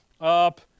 up